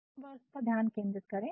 तो action verbs पर ध्यान केंद्रित करें